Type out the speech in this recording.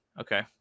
Okay